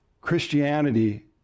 Christianity